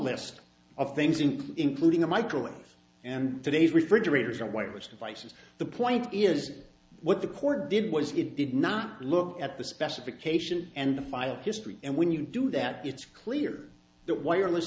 list of things in including a microwave and today's refrigerators are white which devices the point is what the court did was it did not look at the specification and the file history and when you do that it's clear that wireless